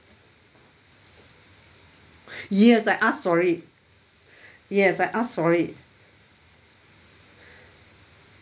yes I ah ask for it yes I ask for it